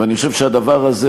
ואני חושב שהדבר הזה,